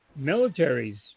militaries